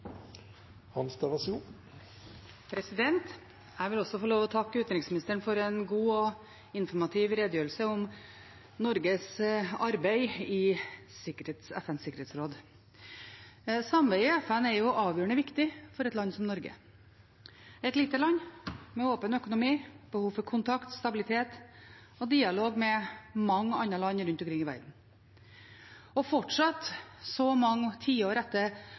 en god og informativ redegjørelse om Norges arbeid i FNs sikkerhetsråd. Sameiet FN er avgjørende viktig for et land som Norge – et lite land med åpen økonomi og behov for kontakt, stabilitet og dialog med mange andre land rundt omkring i verden. Så mange tiår etter